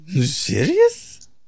serious